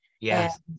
yes